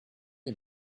les